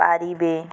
ପାରିବେ